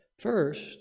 First